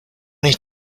many